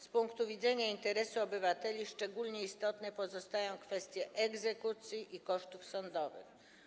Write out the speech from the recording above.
Z punktu widzenia interesu obywateli szczególnie istotne pozostają kwestie egzekucji i kosztów sądowych.